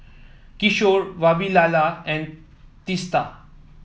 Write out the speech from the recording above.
Kishore Vavilala and Teesta